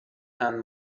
and